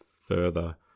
further